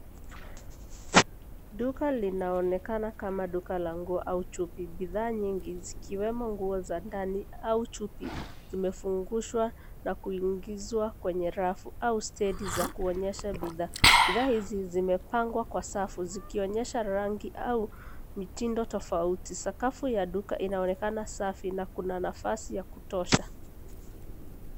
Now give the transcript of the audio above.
Duka linaonekana kama duka la nguo au chupi. Bidhaa nyingi zikiwemo nguo za ndani au chupi zimefungushwa na kuingizwa kwenye rafu au steji za kuonyesha bidhaa. Bidhaa hizi zimepangwa kwa safu zikionyesha rangi au mtindo tofauti. Sakafu ya duka inaonekana safi na kuna nafasi ya kutosha.